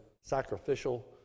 sacrificial